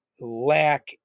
lack